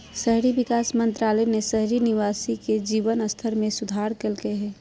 शहरी विकास मंत्रालय ने शहरी निवासी के जीवन स्तर में सुधार लैल्कय हइ